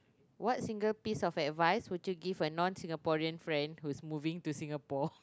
what single piece of advice would you give a non Singaporean friend who's moving to Singapore